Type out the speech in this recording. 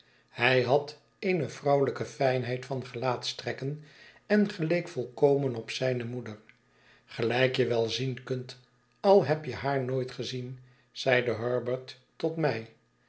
hij had eene vrouwehjke fijnh eid van gelaatstrekken en geleek volkomen op zijne moeder gelijk je wel zien kunt al heb je haar nooit gezien zeide herbert tot mij